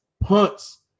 punts